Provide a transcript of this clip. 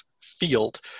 field